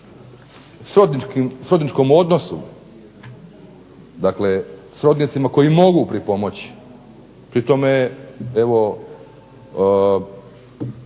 srodničkom odnosu, dakle, srodnicima koji mogu pomoći, pri tome evo